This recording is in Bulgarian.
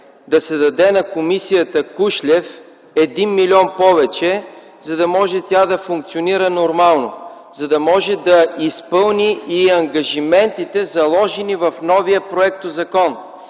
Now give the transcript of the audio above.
да се даде на Комисията „Кушлев” 1 млн. лв. повече, за да може тя да функционира нормално, за да може да изпълни ангажиментите, заложени в новия законопроект. Защото